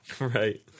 right